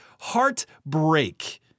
heartbreak